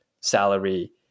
salary